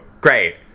Great